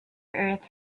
earth